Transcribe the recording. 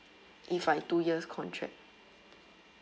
if I two years contract